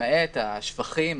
למעט השפכים,